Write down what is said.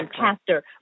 Pastor